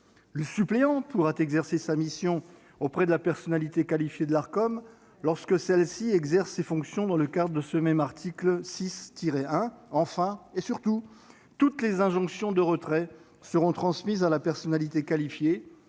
Le suppléant pourra exercer sa mission auprès de la personnalité qualifiée de l'Arcom, lorsque celle-ci exerce ses fonctions dans le cadre de ce même article 6-1. Enfin, et surtout, toutes les injonctions de retrait seront transmises à la personnalité qualifiée,